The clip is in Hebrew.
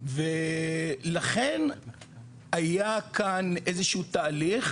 ולכן היה כאן איזה שהוא תהליך,